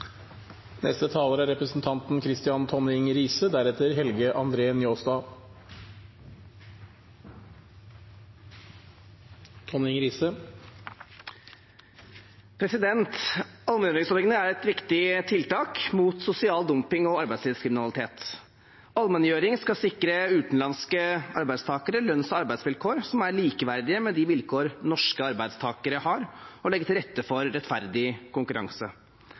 er et viktig tiltak mot sosial dumping og arbeidslivskriminalitet. Allmenngjøring skal sikre utenlandske arbeidstakere lønns- og arbeidsvilkår som er likeverdige med de vilkår norske arbeidstakere har, og legge til rette for rettferdig konkurranse.